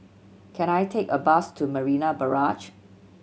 can I take a bus to Marina Barrage